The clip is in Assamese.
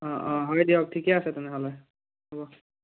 অঁ অঁ হয় দিয়ক ঠিকে আছে তেনেহ'লে হ'ব